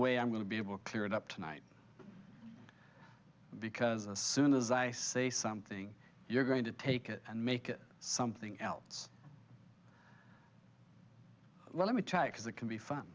way i'm going to be able to clear it up tonight because as soon as i say something you're going to take it and make it something else let me try it because it can be fun